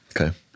Okay